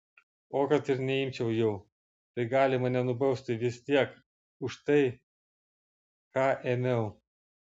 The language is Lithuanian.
o kad ir neimčiau jau tai gali mane nubausti vis tiek už tai ką ėmiau